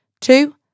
Two